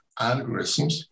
algorithms